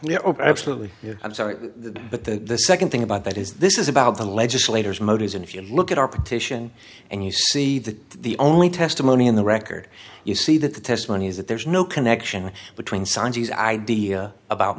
there absolutely i'm sorry but the second thing about that is this is about the legislators motives and if you look at our petition and you see that the only testimony in the record you see that the testimony is that there's no connection between cindi's idea about